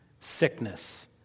sickness